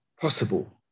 possible